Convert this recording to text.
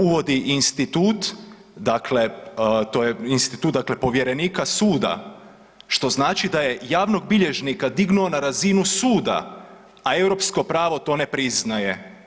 Uvodi institut, dakle to je institut dakle povjerenika suda, što znači da je javnog bilježnika dignuo na razinu suda, a europsko pravo to ne priznaje.